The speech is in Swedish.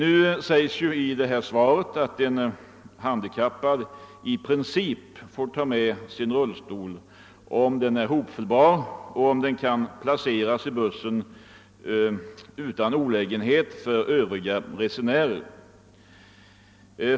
I svaret sägs att en handikappad i princip får ta med sin rullstol utan avgift, om den är hopfällbar och kan placeras i bussen utan olägenhet för övriga resenärer.